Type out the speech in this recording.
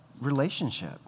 relationship